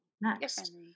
next